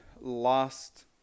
last